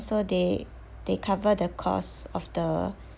so they they cover the costs of the